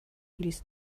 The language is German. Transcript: ließ